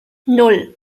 nan